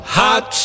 hot